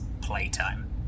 playtime